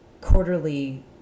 quarterly